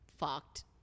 fucked